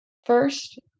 First